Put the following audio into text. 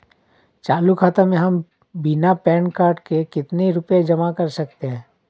चालू खाता में हम बिना पैन कार्ड के कितनी रूपए जमा कर सकते हैं?